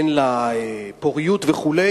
ענייני פוריות וכו',